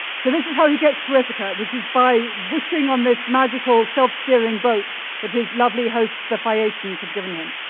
so this is how he gets to ithaca, which is by wishing on this magical self-steering boat that his lovely host the phaeacians have given him.